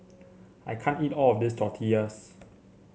I can't eat all of this Tortillas